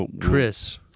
Chris